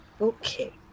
Okay